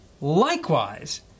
Likewise